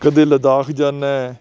ਕਦੇ ਲੱਦਾਖ ਜਾਂਦਾ